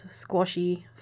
squashy